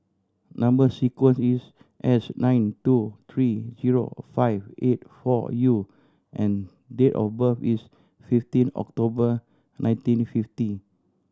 number sequence is S nine two three zero five eight four U and date of birth is fifteen October nineteen fifty